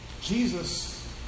Jesus